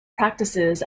practices